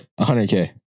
100k